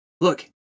Look